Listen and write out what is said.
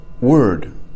word